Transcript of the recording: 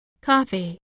coffee